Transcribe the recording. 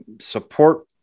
support